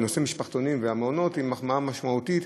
בנושא משפחתונים והמעונות היא מחמאה משמעותית,